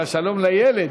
השלום לילד?